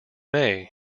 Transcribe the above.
may